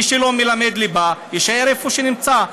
מי שלא מלמד ליבה, יישאר איפה שהוא נמצא.